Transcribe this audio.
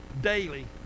daily